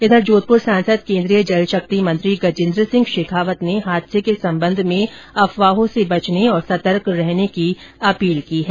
इधर जोधपूर सांसद केंद्रीय जलशक्ति मंत्री गजेंद्र सिंह शेखावत ने हादसे के संबंध में अफवाहों से बचने और सतर्क रहने की अपील की है